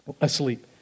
asleep